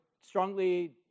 strongly